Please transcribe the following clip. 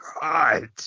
God